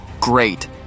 Great